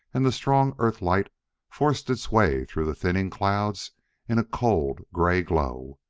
and the strong earth-light forced its way through the thinning clouds in a cold, gray glow.